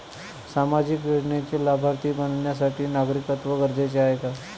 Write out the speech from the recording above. सामाजिक योजनेचे लाभार्थी बनण्यासाठी नागरिकत्व गरजेचे आहे का?